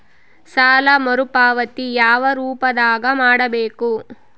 ಸಾಲ ಮರುಪಾವತಿ ಯಾವ ರೂಪದಾಗ ಮಾಡಬೇಕು?